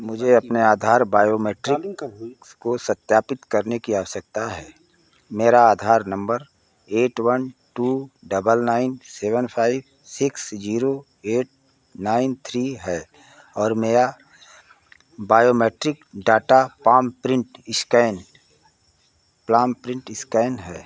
मुझे अपने आधार बायोमेट्रिक्स को सत्यापित करने की आवश्यकता है मेरा Aadhaar number eight one two double nine seven five six zero eight nine three है और मेरा biometric data palm print scan palm print scan है